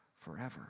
forever